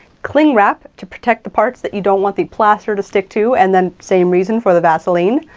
clingwrap to protect the parts that you don't want the plaster to stick to, and then same reason for the vaseline.